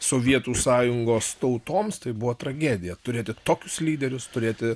sovietų sąjungos tautoms tai buvo tragedija turėti tokius lyderius turėti